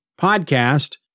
podcast